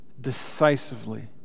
decisively